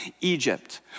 Egypt